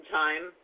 time